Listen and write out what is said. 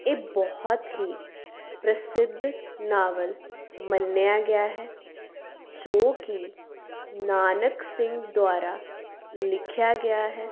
ਇਹ ਬਹੁਤ ਹੀ ਪ੍ਰਸਿੱਧ ਨਾਵਲ ਮੰਨਿਆ ਗਿਆ ਹੈ ਜੋ ਕਿ ਨਾਨਕ ਸਿੰਘ ਦੁਆਰਾ ਲਿਖਿਆ ਗਿਆ ਹੈ